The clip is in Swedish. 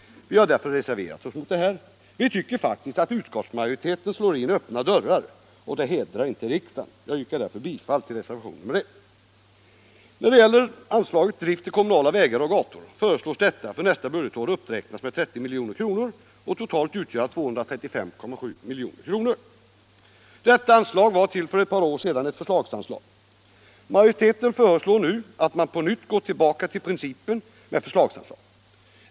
Vi har därför reserverat oss. Vi tycker faktiskt att utskottsmajoriteten slår in öppna dörrar, och det hedrar inte riksdagen. Jag yrkar bifall till reservationen 1. När det gäller anslaget Bidrag till drift av kommunala vägar och gator, så föreslås detta för nästa budgetår uppräknat med 30 milj.kr. och totalt utgöra 235,7 milj.kr. Detta anslag var till för ett par år sedan ett förslagsanslag. Majoriteten föreslår nu att man på nytt tillämpar principen med förslagsanslag.